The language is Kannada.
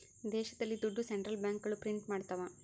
ದೇಶದಲ್ಲಿ ದುಡ್ಡು ಸೆಂಟ್ರಲ್ ಬ್ಯಾಂಕ್ಗಳು ಪ್ರಿಂಟ್ ಮಾಡ್ತವ